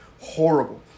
horrible